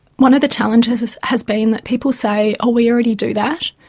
one of the challenges has been that people say, oh, we already do that.